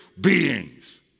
beings